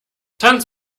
tanz